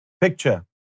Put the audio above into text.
picture